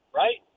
right